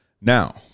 Now